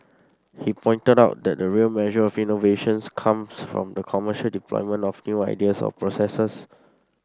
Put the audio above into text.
he pointed out that the real measure of innovations comes from the commercial deployment of new ideas or processes